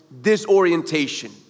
disorientation